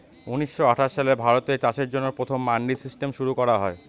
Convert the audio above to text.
উনিশশো আঠাশ সালে ভারতে চাষের জন্য প্রথম মান্ডি সিস্টেম শুরু করা হয়